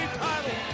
title